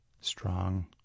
strong